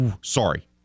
sorry